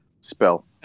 Spell